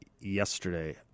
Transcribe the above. yesterday